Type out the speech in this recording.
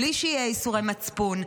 בלי שיהיו ייסורי מצפון.